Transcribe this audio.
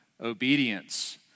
obedience